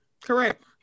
correct